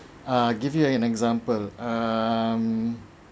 err give you an example um